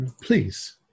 please